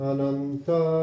Ananta